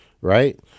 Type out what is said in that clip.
right